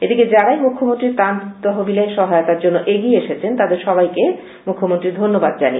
এদিকে যারাই মুখ্যমন্ত্রী ত্রান তহবিলে সহায়তার জন্য এগিয়ে এসেছেন তাদের সবাইকে মুখ্যমন্ত্রী ধন্যবাদ জানান